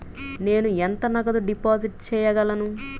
నేను ఎంత నగదు డిపాజిట్ చేయగలను?